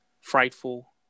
Frightful